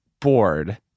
bored